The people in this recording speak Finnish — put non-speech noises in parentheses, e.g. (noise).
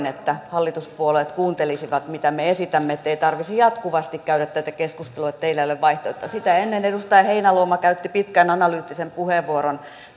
(unintelligible) että hallituspuolueet kuuntelisivat mitä me esitämme niin että ei tarvitsisi jatkuvasti käydä tätä keskustelua että teillä ei ole vaihtoehtoa sitä ennen edustaja heinäluoma käytti pitkän ja analyyttisen puheenvuoron